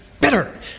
better